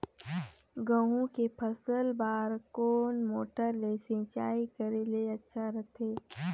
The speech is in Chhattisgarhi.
गहूं के फसल बार कोन मोटर ले सिंचाई करे ले अच्छा रथे?